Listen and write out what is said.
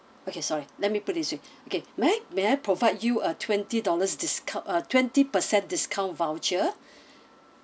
okay sorry let me put it this way K may I may I provide you a twenty dollars discount uh twenty percent discount voucher